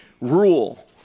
rule